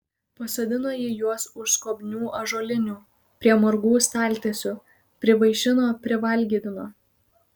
pasodino ji juos už skobnių ąžuolinių prie margų staltiesių privaišino privalgydino